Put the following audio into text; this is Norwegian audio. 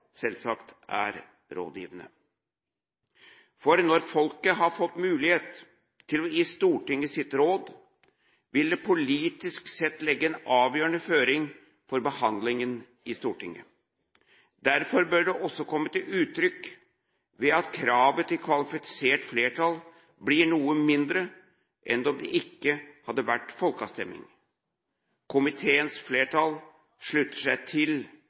selvsagt er rådgivende. Når folket har fått mulighet til å gi Stortinget sitt råd, vil det politisk sett legge en avgjørende føring for behandlingen i Stortinget. Derfor bør det også komme til uttrykk ved at kravet til kvalifisert flertall blir noe mindre enn om det ikke hadde vært folkeavstemning. Komiteens flertall slutter seg til